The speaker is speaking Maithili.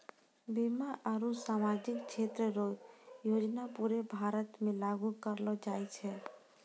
बीमा आरू सामाजिक क्षेत्र रो योजना पूरे भारत मे लागू करलो जाय छै